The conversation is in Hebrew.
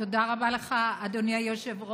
תודה רבה לך, אדוני היושב-ראש.